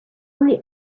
only